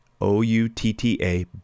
O-U-T-T-A